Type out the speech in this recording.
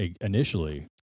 initially